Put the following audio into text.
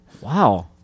Wow